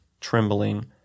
trembling